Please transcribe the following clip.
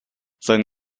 sein